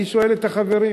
אני שואל את החברים.